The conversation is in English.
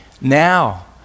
now